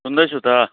सुन्दैछु त